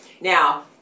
now